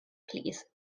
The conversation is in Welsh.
plîs